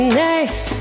nice